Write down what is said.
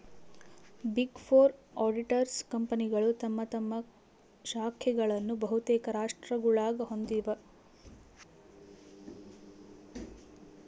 big four auditors ಕಂಪನಿಗಳು ತಮ್ಮ ತಮ್ಮ ಶಾಖೆಗಳನ್ನು ಬಹುತೇಕ ರಾಷ್ಟ್ರಗುಳಾಗ ಹೊಂದಿವ